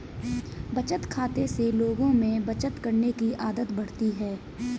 बचत खाते से लोगों में बचत करने की आदत बढ़ती है